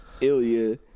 Ilya